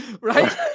right